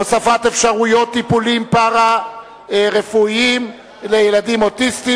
הוספת אפשרויות טיפולים פארה-רפואיים לילדים אוטיסטים),